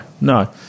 no